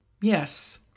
Yes